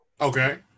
Okay